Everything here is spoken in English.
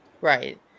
Right